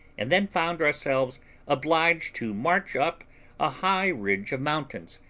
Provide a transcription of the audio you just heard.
and then found ourselves obliged to march up a high ridge of mountains,